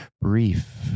brief